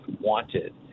wanted